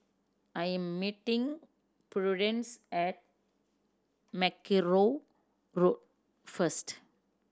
I am meeting Prudence at Mackerrow Road first